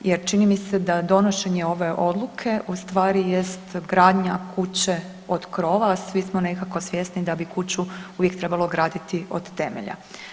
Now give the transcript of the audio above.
jer čini mi se da donošenje ove odluke u stvari jest gradnja kuće od krova, a svi smo nekako svjesni da bi kuću uvijek trebalo graditi od temelja.